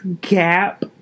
gap